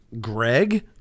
Greg